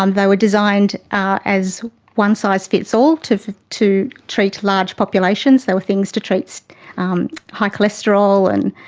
um they were designed ah as one-size-fits-all to to treat large populations, they were things to treat so um high cholesterol and